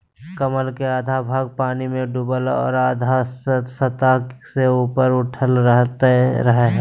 कमल के आधा भाग पानी में डूबल और आधा सतह से ऊपर उठल रहइ हइ